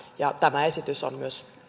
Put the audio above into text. tämä esitys on myös